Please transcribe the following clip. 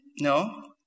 No